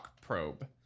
Probe